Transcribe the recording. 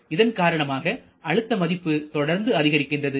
இதன் காரணமாக அழுத்த மதிப்பு தொடர்ந்து அதிகரிக்கிறது